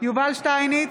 יובל שטייניץ,